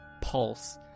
pulse